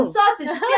Sausage